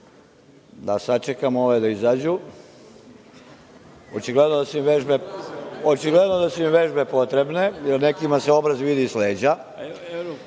da sačekamo ove da izađu. Očigledno da su im vežbe potrebne, nekima se obraz vidi s